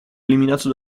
eliminato